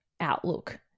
outlook